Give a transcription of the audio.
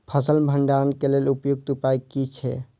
फसल भंडारण के लेल उपयुक्त उपाय कि छै?